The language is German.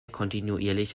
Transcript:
kontinuierlich